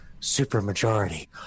supermajority